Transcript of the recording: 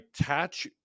attach